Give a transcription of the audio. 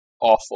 awful